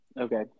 Okay